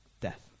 death